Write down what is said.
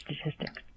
statistics